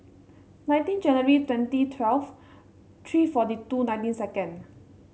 nineteen January twenty twelve three forty two nineteen second